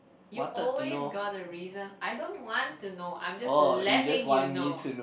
you always got a reason I don't want to know I'm just letting you know